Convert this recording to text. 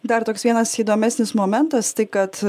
dar toks vienas įdomesnis momentas tai kad